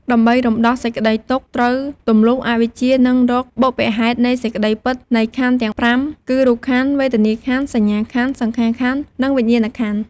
ដើម្បីរំដោះសេចក្តីទុក្ខ ត្រូវទំលុះអវិជ្ជា និងរកបុព្វហេតុនៃសេចក្តីពិតនៃខន្ធទាំង ៥ គឺ រូបខន្ធ វេទនាខន្ធ សញ្ញាខន្ធ សង្ខារខន្ធ និងវិញ្ញាណខន្ធ។